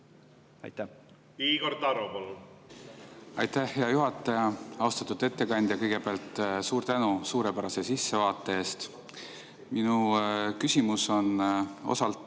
palun! Igor Taro, palun! Aitäh, hea juhataja! Austatud ettekandja, kõigepealt suur tänu suurepärase sissevaate eest! Minu küsimus on osalt